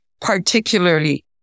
particularly